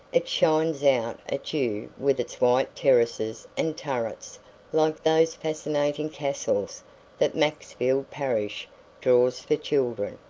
it shines out at you with its white terraces and turrets like those fascinating castles that maxfield parrish draws for children.